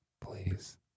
Please